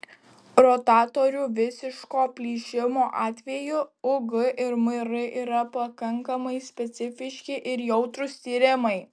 rotatorių visiško plyšimo atveju ug ir mr yra pakankamai specifiški ir jautrūs tyrimai